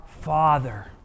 father